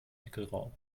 wickelraum